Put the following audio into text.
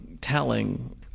telling